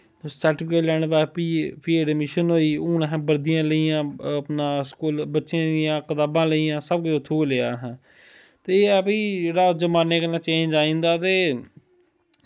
certificate लैने बाद फ्ही अडमिशन होई हून असे बर्दियां लेइयां अपना बच्चें दियां कताबां लेइयां सब कुछ उत्थुं गै लेआ असें ते एह् ऐ भाई जेह्ड़ा जमाने कन्नै चेंज आई जंदा ते